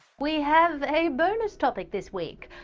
we have a bonus topic this week!